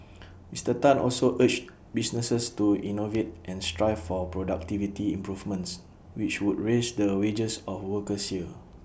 Mister Tan also urged businesses to innovate and strive for productivity improvements which would raise the wages of workers here